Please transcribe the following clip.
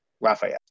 Raphael